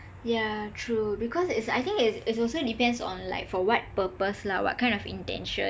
yah true because it's I think it also depends on what purpose lah what kind of intention